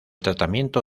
tratamiento